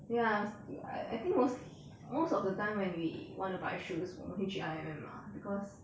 ya I I think 我是 most of the time when we want to buy shoes 我们会去 I_M_M mah because